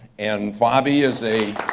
and feby is a